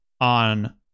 on